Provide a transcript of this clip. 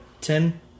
Ten